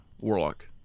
warlock